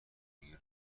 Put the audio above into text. میگه